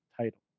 title